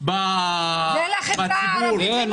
זה לחברה הערבית,